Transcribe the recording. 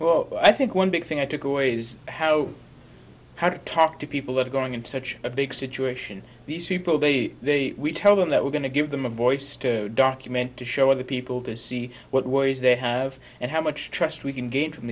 well i think one big thing i took away is how how to talk to people that are going in such a big situation these people they they tell them that we're going to give them a voice to document to show other people to see what ways they have and how much trust we can gain from